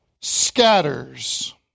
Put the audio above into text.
scatters